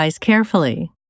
carefully